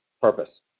purpose